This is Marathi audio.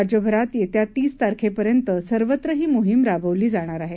राज्यभरात येत्या तीस तारखेपर्यंत सर्वत्र ही मोहीम राबवली जाणार आहे